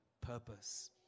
purpose